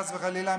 חס וחלילה,